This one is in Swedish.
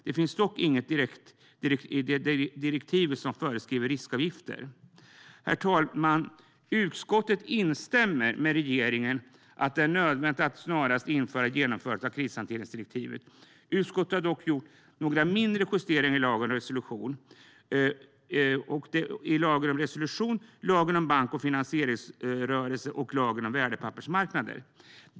Det finns dock inget i direktivet som föreskriver riskavgifter. Herr talman! Utskottet instämmer med regeringen i att det är nödvändigt att snarast införa genomförandet av krishanteringsdirektivet. Utskottet har dock gjort några mindre justeringar i lagen om resolution, lagen om bank och finansieringsrörelse och lagen om värdepappersmarknader.